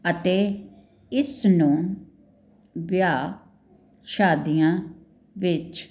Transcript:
ਅਤੇ ਇਸ ਨੂੰ ਵਿਆਹ ਸ਼ਾਦੀਆਂ ਵਿੱਚ